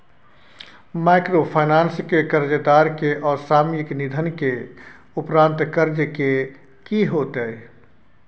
Microfinance के कर्जदार के असामयिक निधन के उपरांत कर्ज के की होतै?